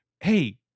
Hey